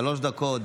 שלוש דקות,